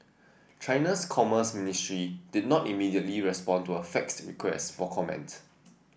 China's commerce ministry did not immediately respond to a faxed request for comment